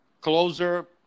closer